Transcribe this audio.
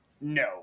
no